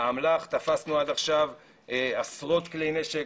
האמל"ח, תפסנו עד עכשיו עשרות כלי נשק